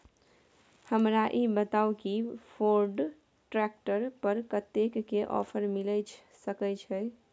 हमरा ई बताउ कि फोर्ड ट्रैक्टर पर कतेक के ऑफर मिलय सके छै?